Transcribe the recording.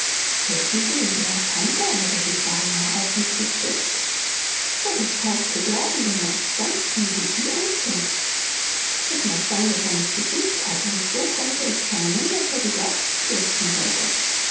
wissen sie der panther hätte sich beinah auf mich gestürzt das ist kaum zu glauben denn er ist sanftmütig wie ein kind es mag sein daß er mich gesucht hat und so konnte es scheinen daß er sich auf sie stürzen wollte